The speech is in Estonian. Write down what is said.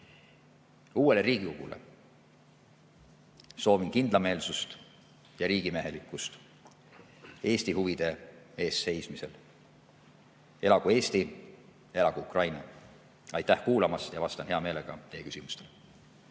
Uuele Riigikogule soovin kindlameelsust ja riigimehelikkust Eesti huvide eest seismisel. Elagu Eesti! Elagu Ukraina! Aitäh kuulamast! Vastan hea meelega teie küsimustele.